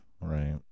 Right